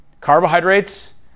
carbohydrates